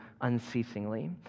unceasingly